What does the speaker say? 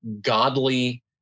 godly